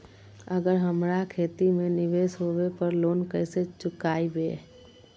अगर हमरा खेती में निवेस होवे पर लोन कैसे चुकाइबे?